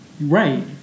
Right